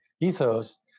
ethos